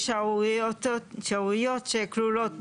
השערורייתיות שכלולות בו.